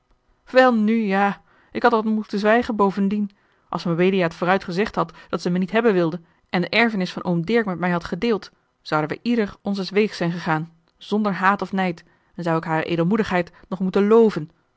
welnu ja ik zou dan nog moeten zwijgen bovendien als mabelia het vooruit gezegd had dat ze mij niet hebben wilde en de erfenis van oom dirk met mij had gedeeld zouden wij ieder onzes weegs zijn gegaan zonder haat of nijd en zou ik hare edelmoedigheid nog moeten loven